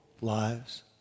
lives